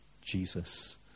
Jesus